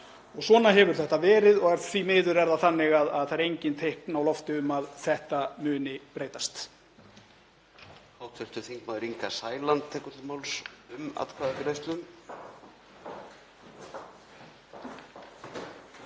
Svona hefur þetta verið og því miður er það þannig að það eru engin teikn á lofti um að þetta muni breytast.